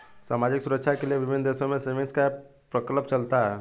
सामाजिक सुरक्षा के लिए विभिन्न देशों में सेविंग्स का यह प्रकल्प चलता है